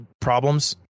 problems